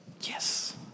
Yes